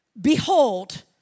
behold